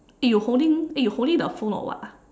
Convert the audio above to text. eh you holding eh you holding the phone or what ah